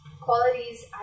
qualities